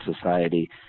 society